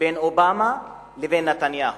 בין אובמה לבין נתניהו.